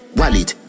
wallet